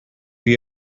you